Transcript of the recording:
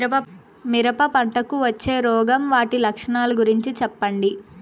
మిరప పంటకు వచ్చే రోగం వాటి లక్షణాలు గురించి చెప్పండి?